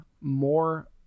more